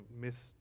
Miss